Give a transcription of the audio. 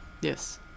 Yes